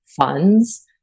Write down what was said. funds